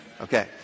Okay